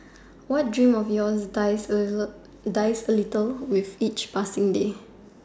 what dreams of yours dies a dies a little with each passing day